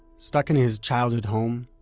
stuck in his childhood home,